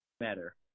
matter